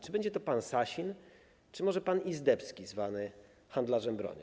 Czy będzie to pan Sasin, czy może pan Izdebski zwany handlarzem broni?